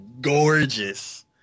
gorgeous